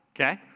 Okay